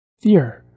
fear